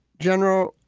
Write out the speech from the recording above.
general,